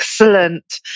Excellent